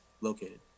located